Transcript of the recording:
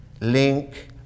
link